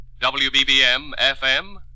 WBBM-FM